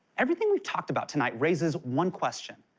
everything we've talked about tonight raises one question.